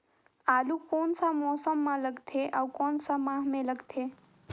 आलू कोन सा मौसम मां लगथे अउ कोन सा माह मां लगथे?